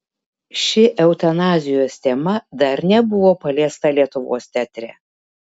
ši eutanazijos tema dar nebuvo paliesta lietuvos teatre